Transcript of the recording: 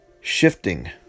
shifting